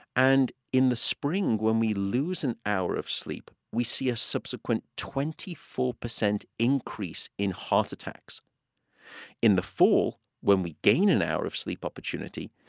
and in the spring, when we lose an hour of sleep, we see a subsequent twenty four percent increase in heart attacks in the fall, when we gain an hour of sleep opportunity,